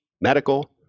medical